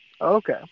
Okay